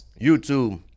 youtube